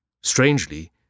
Strangely